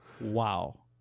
Wow